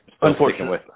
Unfortunately